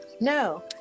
No